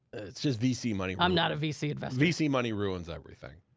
it's just vc money. i'm not a vc investor. vc money ruins everything.